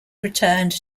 returned